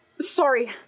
Sorry